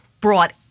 brought